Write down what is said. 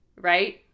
right